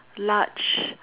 large